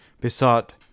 besought